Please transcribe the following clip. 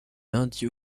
lundi